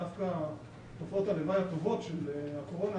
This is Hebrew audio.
דווקא תופעות הלוואי הטובות של הקורונה